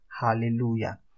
Hallelujah